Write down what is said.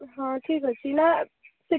ପଇସା ପତ୍ର କଟୁଛି ଅଲଟ୍ରାସାଉଣ୍ଡରେ